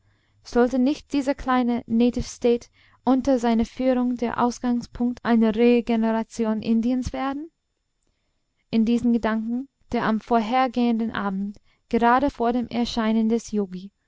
sollte nicht dieser kleine native state unter seiner führung der ausgangspunkt einer regeneration indiens werden in diesen gedanken der am vorhergehenden abend gerade vor dem erscheinen des yogi